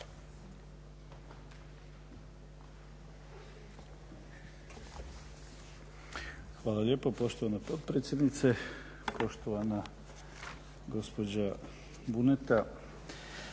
Hvala lijepo poštovana potpredsjednice, poštovana gospođa Buneta.